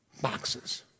Boxes